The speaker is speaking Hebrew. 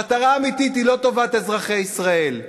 המטרה האמיתית היא לא טובת אזרחי ישראל.